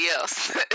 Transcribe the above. else